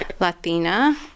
Latina